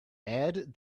add